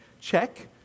Check